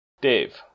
Dave